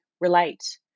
relate